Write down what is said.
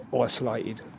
isolated